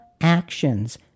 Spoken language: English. actions